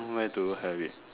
where do you have it